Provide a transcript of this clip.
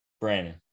Brandon